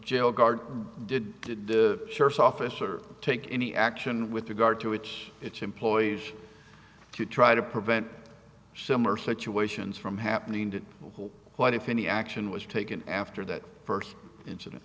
jail guard did the sheriff's officer take any action with regard to which its employees try to prevent similar situations from happening to people what if any action was taken after that first incident